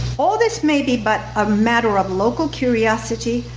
all this may be but a matter of local curiosity,